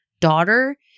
daughter